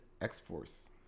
X-Force